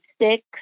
six